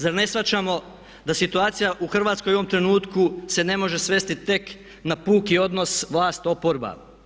Zar ne shvaćamo da situacija u Hrvatskoj u ovom trenutku se ne može svesti tek na puki odnos vlast-oporba?